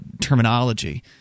terminology